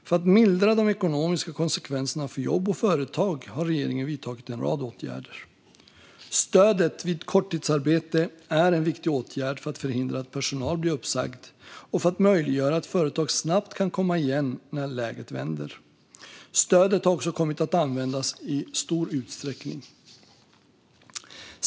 För att mildra de ekonomiska konsekvenserna för jobb och företag har regeringen vidtagit en rad åtgärder. Stödet vid korttidsarbete är en viktig åtgärd för att förhindra att personal blir uppsagd och för att möjliggöra för företag att snabbt komma igen när läget vänder. Stödet har också kommit att användas i stor utsträckning.